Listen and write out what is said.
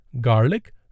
garlic